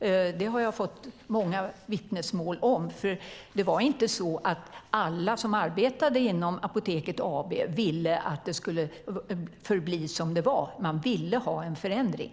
Det har jag fått många vittnesmål om. Det var inte så att alla som arbetade inom Apoteket AB ville att det skulle förbli som det var. Man ville ha en förändring.